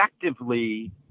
effectively